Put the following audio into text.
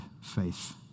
faith